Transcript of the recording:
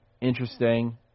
interesting